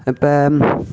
இப்போது